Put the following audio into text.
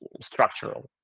structural